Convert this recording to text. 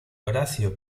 horacio